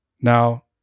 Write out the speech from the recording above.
Now